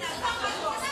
אבל היא הלכה על חשבונה.